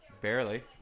Barely